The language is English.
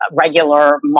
regular